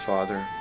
Father